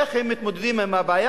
איך הם מתמודדים עם הבעיה?